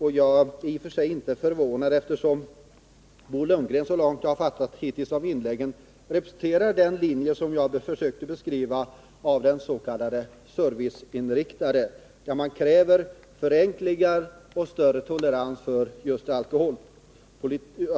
Jag är i och för sig inte förvånad över det, eftersom Bo Lundgren, såvitt jag har fattat inläggen hittills, representerar den linje som jag försökte beskriva som den serviceinriktade — där man kräver förenklingar och större tolerans för